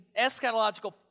eschatological